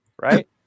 right